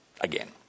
again